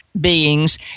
beings